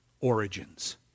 origins